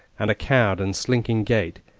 and a cowed and slinking gait,